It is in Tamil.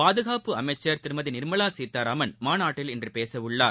பாதுகாப்பு அமைச்சர் திருமதி நிர்மலா சீதாராமன் மாநாட்டில் இன்று பேச உள்ளார்